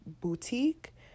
boutique